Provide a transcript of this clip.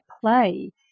play